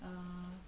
err